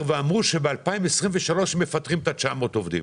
הם אמרו שב-2023 הם מפטרים 900 עובדים?